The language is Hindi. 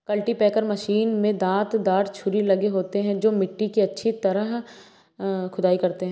कल्टीपैकर मशीन में दांत दार छुरी लगे होते हैं जो मिट्टी की अच्छी खुदाई करते हैं